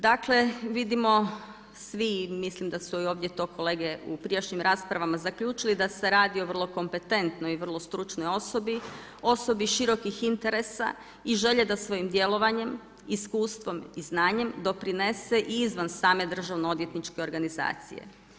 Dakle, vidimo svi, mislim da su ovdje to i kolege u prijašnjim raspravama zaključili da se radi o vrlo kompetentnoj i vrlo stručnoj osobi, osobi širokih interesa i želje da svojim djelovanjem, iskustvom i znanjem doprinese i izvan same državno-odvjetničke organizacije.